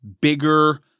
bigger